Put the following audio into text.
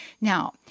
Now